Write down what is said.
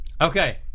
Okay